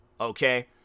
okay